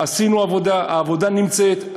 עשינו עבודה, העבודה נמצאת.